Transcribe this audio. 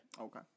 Okay